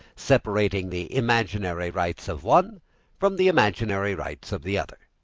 separating the imaginary rights of one from the imaginary rights of the other.